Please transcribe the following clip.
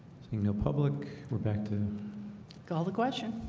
you know public. we're back to call the question